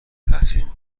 تحصیل